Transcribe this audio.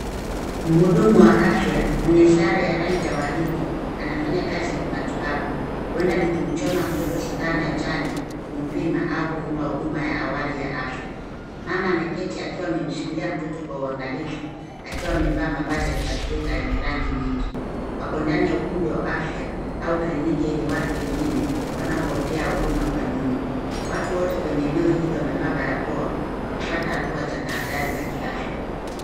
Mhudumu wa afya mwenye ishara ya rangi ya waridi anafanya kazi ya kimatibabu, huenda ni kumchoma mtoto sindano ya chanjo, kumpima au kumpa huduma ya awali ya afya. Mama ameketi akiwa amemshikilia mtoto kwa uangalifu, akiwa amevaa mavazi ya Kiafrika yenye rangi nyingi. Wako ndani ya ukumbi wa afya au kliniki yenye watu wengine, wanapokea huduma kwa nyuma. Watu wote kwenye eneo hili wamevaa barakoa, wakifuata hatua za tahadhari za kiafya.